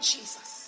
Jesus